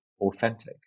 authentic